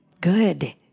good